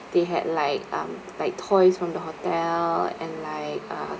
they had like um like toys from the hotel and like uh